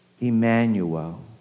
Emmanuel